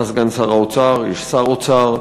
אתה סגן שר האוצר, יש שר אוצר.